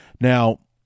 Now